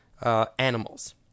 animals